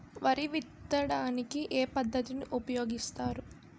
వరి విత్తడానికి ఏ పద్ధతిని ఉపయోగిస్తారు?